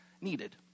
needed